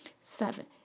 seven